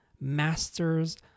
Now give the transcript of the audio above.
masters